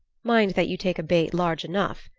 mind that you take a bait large enough.